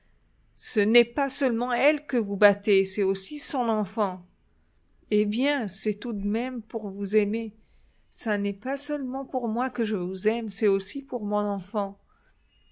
ce n'est pas seulement elle que vous battez c'est aussi son enfant eh bien c'est tout de même pour vous aimer ça n'est pas seulement pour moi que je vous aime c'est aussi pour mon enfant